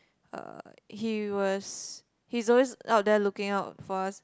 uh he was he's always out there looking out for us